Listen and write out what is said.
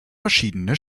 verschiedene